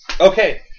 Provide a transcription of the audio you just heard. Okay